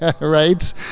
right